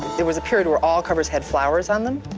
there was a period where all covers had flowers on them,